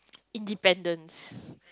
independents